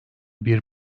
bir